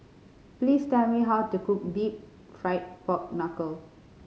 please tell me how to cook Deep Fried Pork Knuckle